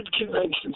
conventions